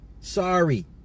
Sorry